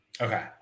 okay